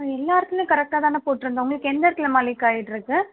எல்லாருக்குமே கரெக்ட்டா தான போட்டுருந்தோம் உங்குளுக்கு எந்த இடத்துலம்மா லீக்காயிட்டுருக்கு